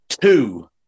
two